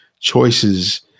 Choices